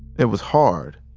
it was hard,